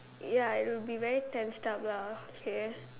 ya it will be very tensed up lah okay